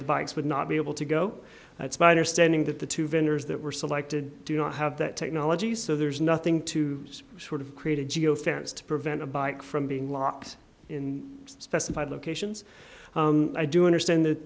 the bikes would not be able to go that's my understanding that the two vendors that were selected do not have that technology so there's nothing to lose short of create a geo fence to prevent a bike from being locked in specified locations i do understand that